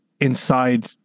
inside